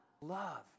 Love